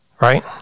Right